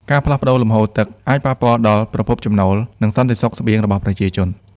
ការផ្លាស់ប្តូរលំហូរទឹកអាចប៉ះពាល់ដល់ប្រភពចំណូល និងសន្តិសុខស្បៀងរបស់ប្រជាជន។